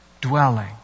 dwelling